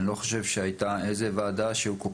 אני לא חושב שהייתה איזו ועדה שהיו כל